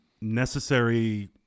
necessary